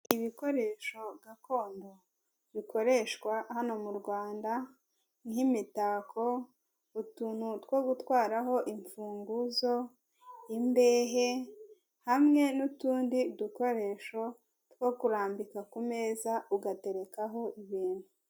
Ibikoresho gakondo bikoreshwa hano mu Rwanda nk'imitako, utuntu two gutwaraho imfunguzo, imbehe, hamwe n'utundi dukoresho two kurambika ku meza ugaterekaho ibintu.